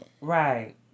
Right